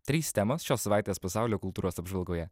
trys temos šios savaitės pasaulio kultūros apžvalgoje